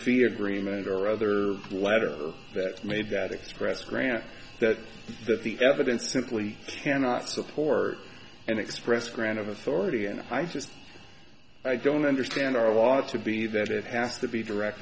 fear agreement or other letter that made that express grant that that the evidence simply cannot support and expressed grant of authority and i just i don't understand our law to be that it has to be direct